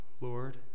Lord